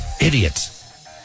Idiots